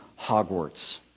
Hogwarts